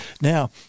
Now